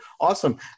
Awesome